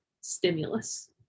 stimulus